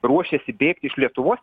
ruošėsi bėgti iš lietuvos